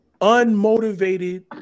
unmotivated